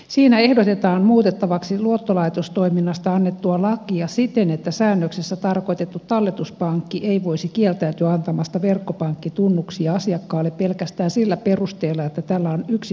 siinä ehdotetaan muutettavaksi luottolaitostoiminnasta annettua lakia siten että säännöksissä tarkoitettu talletuspankki ei voisi kieltäytyä antamasta verkkopankkitunnuksia asiakkaalle pelkästään sillä perusteella että tällä on yksi maksuhäiriömerkintä